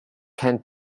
can